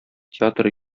театр